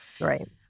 Right